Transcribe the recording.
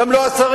גם לא השרים.